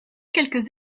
quelques